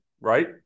right